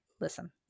Listen